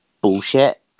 bullshit